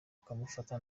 bakamufata